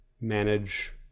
manage